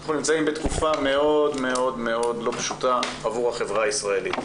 נושא דיון הוא השימוש בסמלים מיניים בהקשר פוגעני בוויכוחים